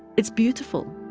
it's beautiful